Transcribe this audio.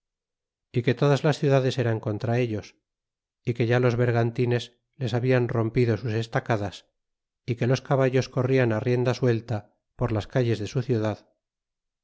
y que todas las ciudades eran contra ellos y que ya los bergantines les hablan rompido sus estacadas y que los caballos corrian rienda suelta por las calles de su ciudad